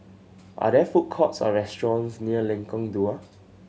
are there food courts or restaurants near Lengkong Dua